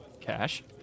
Cash